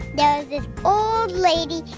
there was this old lady.